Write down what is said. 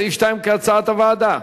סעיף 2, כהצעת הוועדה.